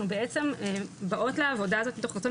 אנחנו בעצם באות לעבודה הזאת מתוך רצון